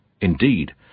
Indeed